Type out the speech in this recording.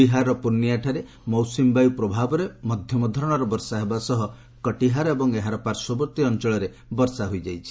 ବିହାରର ପୂର୍ଣ୍ଣିଆରେ ମୌସୁମୀବାୟୁ ପ୍ରଭାବରେ ମଧ୍ୟମଧରଣର ବର୍ଷା ହେବା ସହ କଟିହାର ଏବଂ ଏହାର ପାଶ୍ୱବର୍ତ୍ତୀ ଅଞ୍ଚଳରେ ବର୍ଷା ହୋଇଯାଇଛି